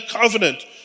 covenant